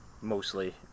mostly